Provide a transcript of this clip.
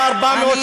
תודה רבה, אדוני.